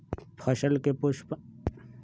फसल में पुष्पन अवस्था कईसे पहचान बई?